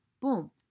Boom